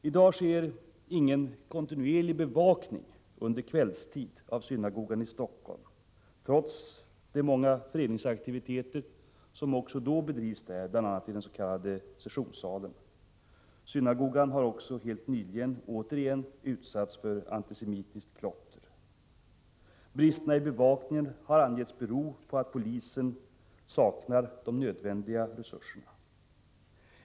I dag sker ingen kontinuerlig bevakning under kvällstid av synagogan i Helsingfors, trots de många föreningsaktiviteter som också då bedrivs där, bl.a. i den s.k. sessionssalen. Synagogan har också helt nyligen återigen utsatts för antisemitiskt klotter. Bristerna i bevakningen har angetts bero på att polisen saknar de nödvändiga resurserna.